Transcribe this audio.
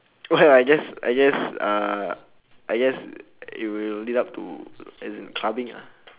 well I guess I guess err I guess it will lead up to as in clubbing ah